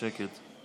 שקט.